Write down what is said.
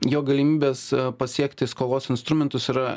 jo galimybės pasiekti skolos instrumentus yra